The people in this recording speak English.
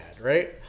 right